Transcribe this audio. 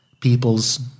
people's